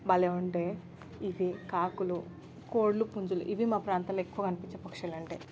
భలే ఉంటాయి ఇవి కాకులు కోళ్ళు పుంజులు ఇవి మా ప్రాంతంలో ఎక్కువ కనిపించే పక్షులు అంటే